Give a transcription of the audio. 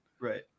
Right